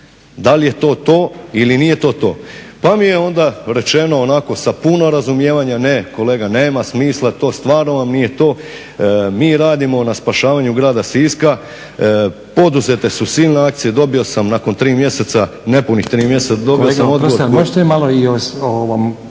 da li je to to ili nije to to. Pa mi je onda rečeno onako sa puno razumijevanja, ne kolega, nema smisla to stvarno vam nije to, mi radimo na spašavanju grada Siska poduzete su silne akcije, dobio sam nakon nepunih tri mjeseca dobio sam odgovor. **Stazić, Nenad (SDP)**